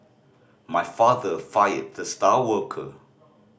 my father fired the star worker